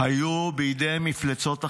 היו בידי מפלצות החמאס,